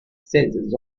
seize